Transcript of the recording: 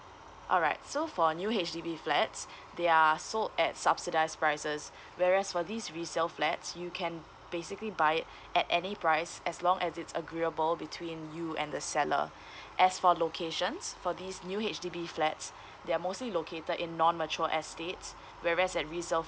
alright so for new H_D_B flats they are sold at subsidised prices whereas for these resale flats you can basically buy it at any price as long as it's agreeable between you and the seller as for locations for this new H_D_B flats they're mostly located in non mature estates whereas at resale